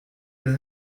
des